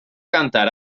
cantar